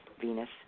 Venus